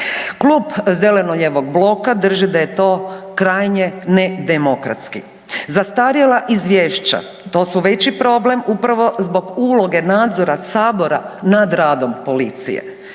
Klub zeleno-lijevog bloka drži da je to krajnje nedemokratski. Zastarjela izvješća, to su veći problem upravo zbog uloge nadzora Sabora nad radom policije.